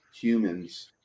humans